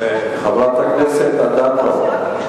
חברת הכנסת אדטו.